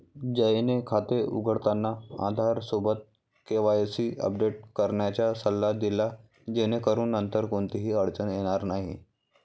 जयने खाते उघडताना आधारसोबत केवायसी अपडेट करण्याचा सल्ला दिला जेणेकरून नंतर कोणतीही अडचण येणार नाही